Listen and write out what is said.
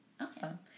Awesome